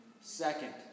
Second